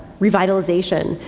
revitalization.